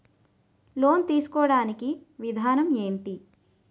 Loan తీసుకోడానికి విధానం ఏంటి?